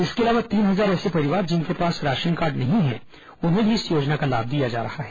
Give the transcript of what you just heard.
इसके अलावा तीन हजार ऐसे परिवार जिनके पास राशन कार्ड नहीं है उन्हें भी इस योजना का लाभ दिया जा रहा है